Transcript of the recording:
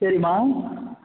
சரிமா